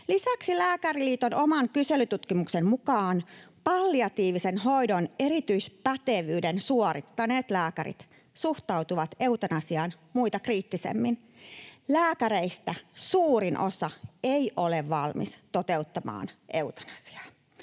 Lisäksi Lääkäriliiton oman kyselytutkimuksen mukaan palliatiivisen hoidon erityispätevyyden suorittaneet lääkärit suhtautuvat eutanasiaan muita kriittisemmin. Lääkäreistä suurin osa ei ole valmis toteuttamaan eutanasiaa.